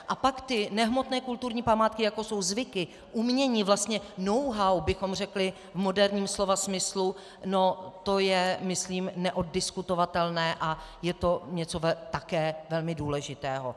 A pak ty nehmotné kulturní památky, jako jsou zvyky, umění, knowhow bychom řekli v moderním slova smyslu, to je myslím neoddiskutovatelné a je to něco také velmi důležitého.